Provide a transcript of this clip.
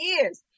years